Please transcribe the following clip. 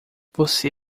você